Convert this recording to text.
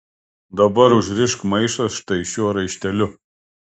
dabar užrišk maišą štai šiuo raišteliu